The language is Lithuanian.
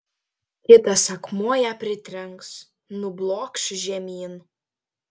kitas akmuo ją pritrenks nublokš žemyn